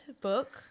book